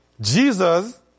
Jesus